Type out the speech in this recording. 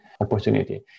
opportunity